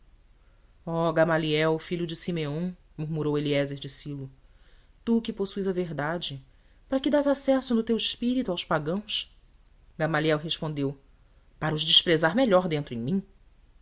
oh gamaliel filho de simeão murmurou eliézer de silo tu que possuis a verdade para que dás acesso no teu espírito aos pagãos gamaliel respondeu para os desprezar melhor dentro em mim